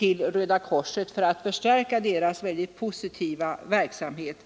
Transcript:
hos Röda korset för att förstärka dess väldigt positiva verksamhet.